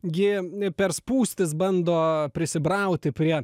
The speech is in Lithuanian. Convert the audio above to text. gi ne per spūstis bando prisibrauti prie